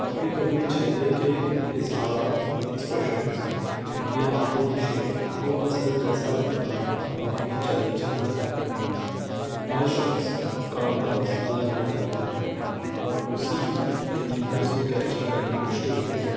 کبھی کبھی چہرے کے اظہارات ایکسپریشنس یا ہاتھوں کی شیپ کو اصل جیسا بنانا کافی چیلنجنگ ہوتا ہے ہر شخص کا انداز الگ ہوتا ہے اور اسی یونیکنیس کو کیپچر کرنا مشکل ہوتا ہے